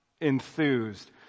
enthused